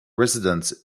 residence